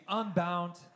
unbound